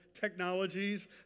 technologies